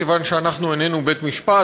כיוון שאנחנו איננו בית-משפט,